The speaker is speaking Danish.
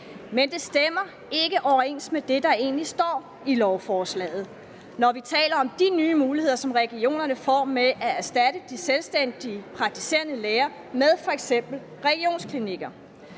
Men det stemmer ikke overens med det, der egentlig står i lovforslaget, når vi taler om de nye muligheder, som regionerne får for at erstatte de selvstændige praktiserende læger med f.eks. regionsklinikker.